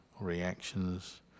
reactions